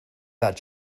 that